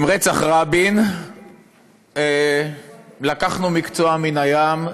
עם רצח רבין לקחנו מקצוע מן הים ושרנו: